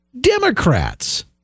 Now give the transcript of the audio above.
Democrats